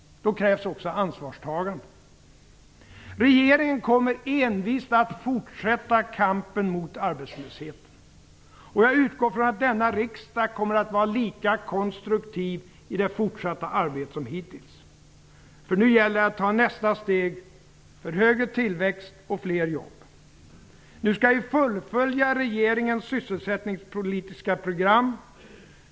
Det krävs också ansvarstagande. Regeringen kommer envist att fortsätta kampen mot arbetslösheten. Jag utgår från att denna riksdag kommer att vara lika konstruktiv i det fortsatta arbetet som hittills. Nu gäller det att ta nästa steg för högre tillväxt och fler jobb. Nu skall vi fullfölja regeringens sysselsättningspolitiska program.